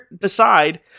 decide